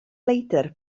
leidr